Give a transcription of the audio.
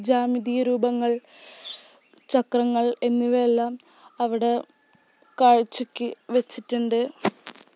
ജ്യാമിതീയ രൂപങ്ങൾ ചക്രങ്ങൾ എന്നിവയെല്ലാം അവിടെ കാഴ്ചക്ക് വെച്ചിട്ടുണ്ട്